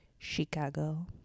Chicago